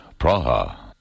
Praha